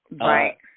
Right